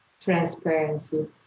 Transparency